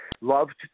loved